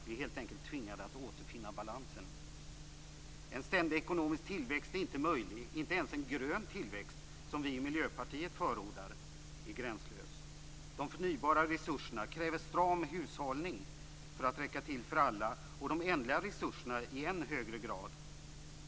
Vi är helt enkelt tvingade att återfinna balansen. En ständig ekonomisk tillväxt är inte möjlig. Inte ens en grön tillväxt, som vi i Miljöpartiet förordar, är gränslös. De förnybara resurserna kräver stram hushållning för att räcka till för alla, och det gäller de ändliga resurserna i än högre grad.